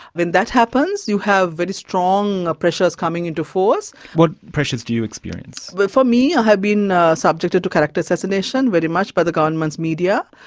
when that happens you have very strong pressures coming into force. what pressures do you experience? but for me i have been ah subjected to character assassination very much by the government's media,